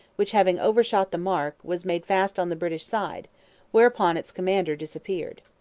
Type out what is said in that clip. which, having overshot the mark, was made fast on the british side whereupon its commander disappeared.